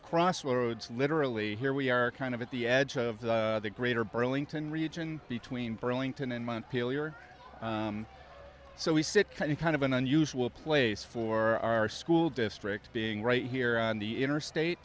crossroads literally here we are kind of at the edge of the greater burlington region between burlington and month so we sit in kind of an unusual place for our school district being right here on the interstate